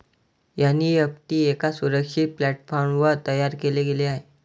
NEFT एका सुरक्षित प्लॅटफॉर्मवर तयार केले गेले आहे